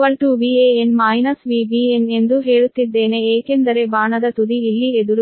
Van Vbn ಎಂದು ಹೇಳುತ್ತಿದ್ದೇನೆ ಏಕೆಂದರೆ ಬಾಣದ ತುದಿ ಇಲ್ಲಿ ಎದುರು ಇದೆ